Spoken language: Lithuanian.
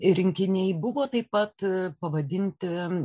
rinkiniai buvo taip pat pavadinti